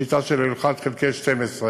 בשיטה של 1 חלקי 12,